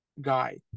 guy